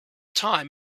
time